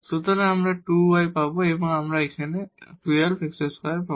সুতরাং আমরা 2 y পাব এবং আমরা এখানে 12 x2 পাব